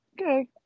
Okay